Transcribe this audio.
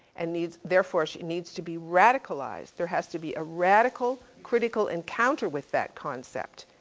and needs, therefore she needs to be radicalized. there has to be a radical, critical encounter with that concept.